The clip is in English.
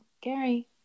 Gary